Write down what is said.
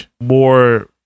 more